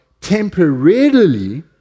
temporarily